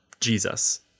Jesus